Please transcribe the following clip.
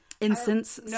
incense